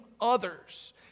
others